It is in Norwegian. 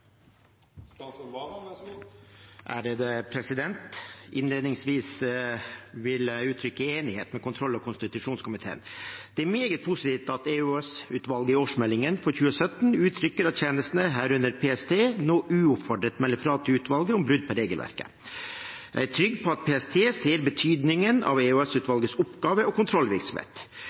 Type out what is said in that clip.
meget positivt at EOS-utvalget i årsmeldingen for 2017 uttrykker at tjenestene, herunder PST, nå uoppfordret melder fra til utvalget om brudd på regelverket. Jeg er trygg på at PST ser betydningen av EOS-utvalgets oppgave og kontrollvirksomhet.